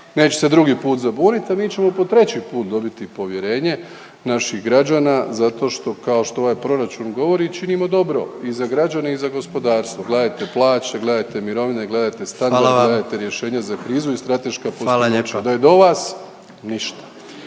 neće se drugi put zabunit, a mi ćemo treći put dobiti povjerenje naših građana zato što kao što ovaj proračun govori činimo dobro i za građane i za gospodarstvo. Gledajte plaće, gledajte mirovine, gledajte standard … …/Upadica predsjednik: Hvala vam./…